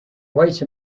wait